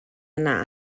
yna